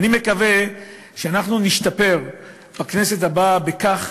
אני מקווה שאנחנו נשתפר בכנסת הבאה בכך